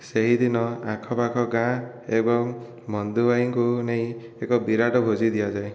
ସେହିଦିନ ଆଖପାଖ ଗାଁ ଏବଂ ମନ୍ଦୁବାଇଙ୍କୁ ନେଇ ଏକ ବିରାଟ ଭୋଜି ଦିଆଯାଏ